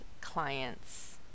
clients